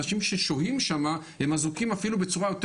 אנשים ששוהים שם הם אזוקים אפילו בצורה יותר